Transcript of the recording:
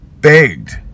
Begged